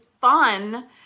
fun